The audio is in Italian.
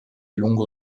lungo